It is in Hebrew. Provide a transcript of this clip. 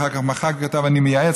ואחר כך מחק וכתב "אני מייעץ",